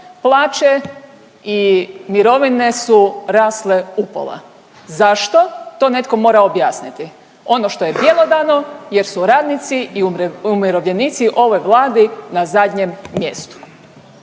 plaće i mirovine su rasle upola. Zašto? To netko mora objasniti. Ono što je bjelodano, jer su radnici i umirovljenici ovoj Vladi na zadnjem mjestu.